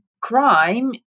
crime